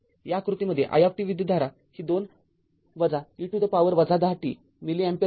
या आकृतीमध्ये i विद्युतधारा ही २ e to the power १० t milliampere दिली